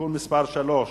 (תיקון מס' 3),